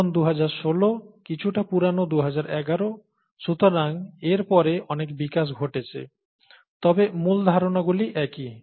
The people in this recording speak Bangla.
এখন 2016 কিছুটা পুরানো 2011 সুতরাং এর পরে অনেক বিকাশ ঘটেছে তবে মূল ধারণাগুলি একই